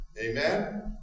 Amen